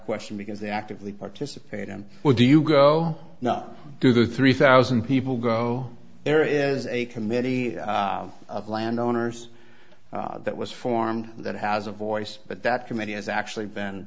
question because they actively participate and where do you go do the three thousand people grow there is a committee of landowners that was formed that has a voice but that committee has actually be